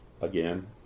again